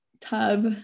tub